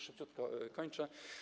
Szybciutko kończę.